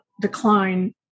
decline